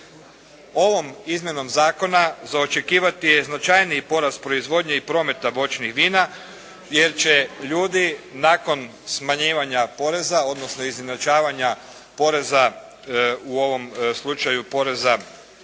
Ovom izmjenom zakona za očekivati je značajniji porast proizvodnje i prometa voćnih vina jer će ljudi nakon smanjivanja poreza, odnosno izjednačavanja poreza u ovom slučaju poreza